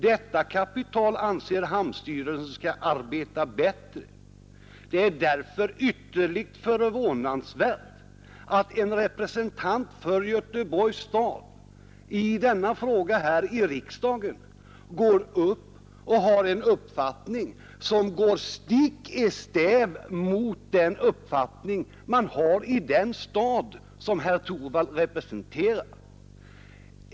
Detta kapital anser hamnstyrelsen skall arbeta bättre. Därför är det ytterligt förvånansvärt att en representant för Göteborgs stad när denna fråga behandlas i riksdagen deklarerar en uppfattning som går stick i stäv mot den uppfattning man har i den stad som herr Torwald representerar.